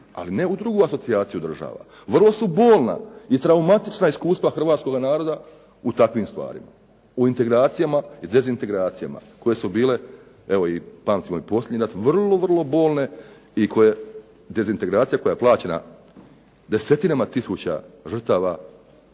ali ne u drugu asocijaciju država, vrlo su bolna i traumatična iskustva Hrvatskoga naroda u takvim stvarima, u integracijama i dezintegracijama, evo pamtimo posljednji rat, koje su bile vrlo bolne, dezintegracija koja je plaćena desecima tisuća žrtava